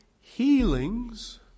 healings